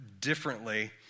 differently